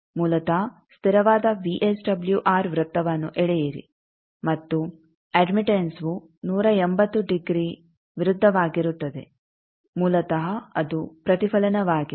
ಮೂಲತಃ ಸ್ಥಿರವಾದ ವಿಎಸ್ಡಬ್ಲ್ಯೂಆರ್ ವೃತ್ತವನ್ನು ಎಳೆಯಿರಿ ಮತ್ತು ಅಡ್ಮಿಟೆಂಸ್ ವು 180ಡಿಗ್ರಿ ವಿರುದ್ಧವಾಗಿರುತ್ತದೆ ಮೂಲತಃ ಅದು ಪ್ರತಿಫಲನವಾಗಿದೆ